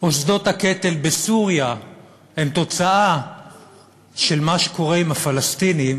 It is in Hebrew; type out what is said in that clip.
או שדות הקטל בסוריה הם תוצאה של מה שקורה עם הפלסטינים,